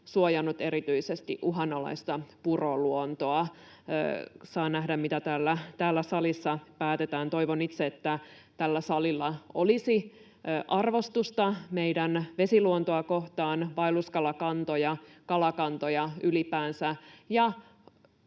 suojanneet erityisesti uhanalaista puroluontoa. Saa nähdä, mitä täällä salissa päätetään. Toivon itse, että tällä salilla olisi arvostusta meidän vesiluontoamme kohtaan, vaelluskalakantoja ja ylipäänsä